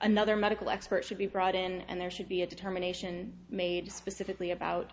another medical expert should be brought in and there should be a determination made specifically about